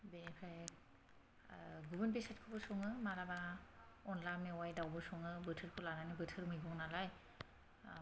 बेनिफ्राय गुबुन बेसादखौबो सङो मालाबा अनला मेवाय दावबो सङो बोथोरखौ लानानै बोथोरनि मैगं नालाय